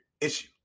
issue